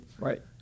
Right